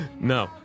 No